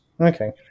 Okay